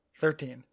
thirteen